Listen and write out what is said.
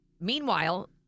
meanwhile